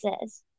says